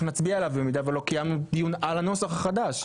איך נצביע עליו במידה ולא קיימנו דיון על הנוסח החדש?